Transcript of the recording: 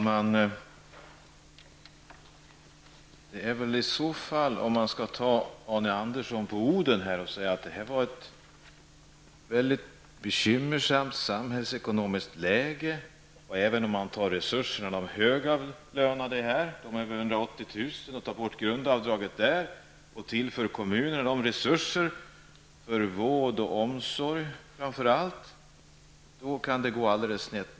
Herr talman! Om man skall ta Arne Andersson på orden skulle man säga: Det är ett bekymmersamt samhällsekonomiskt läge, och även om vi tar resurser från de högavlönade som tjänar över 180 000 kr. och tar bort grundavdraget för dem och tillför kommunerna de resurserna, för framför allt vård och omsorg, kan det gå alldeles snett.